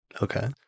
Okay